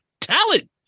talent